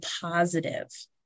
positive